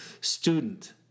student